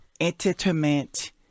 entertainment